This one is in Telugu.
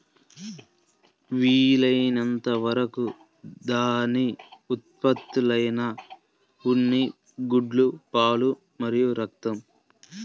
వీలైనంత వరకు దాని ఉత్పత్తులైన ఉన్ని, గుడ్లు, పాలు మరియు రక్తం